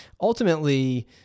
ultimately